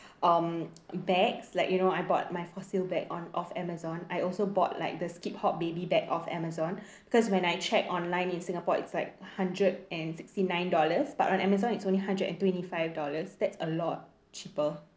um bags like you know I bought my fossil bag on off Amazon I also bought like the skip hop baby bag off Amazon because when I checked online in singapore it's like hundred and sixty nine dollars but on Amazon it's only hundred and twenty five dollars that's a lot cheaper